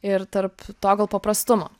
ir tarp to gal paprastumo